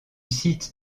site